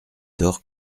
dort